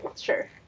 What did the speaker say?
Sure